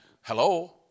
hello